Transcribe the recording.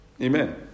Amen